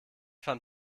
van